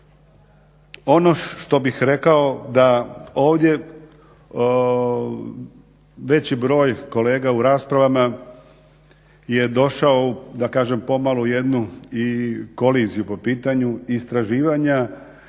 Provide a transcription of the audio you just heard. Ono što bih rekao da ovdje veći broj kolega u raspravama je došao da kažem jednu koliziju po pitanju istraživanja